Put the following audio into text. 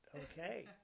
okay